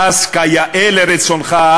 ואז כיאה לרצונך,